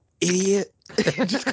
idiot